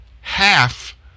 half